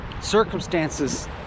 circumstances